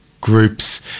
groups